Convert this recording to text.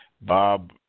Bob